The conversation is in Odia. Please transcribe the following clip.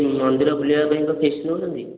ମନ୍ଦିର ବୁଲାବାପାଇଁ ଫିଜ୍ ନେଉଛନ୍ତି